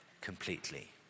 completely